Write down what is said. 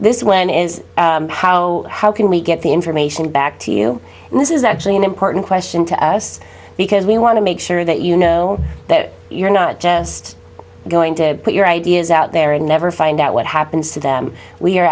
this when is how how can we get the information back to you and this is actually an important question to us because we want to make sure that you know that you're not just going to put your ideas out there and never find out what happens to them we are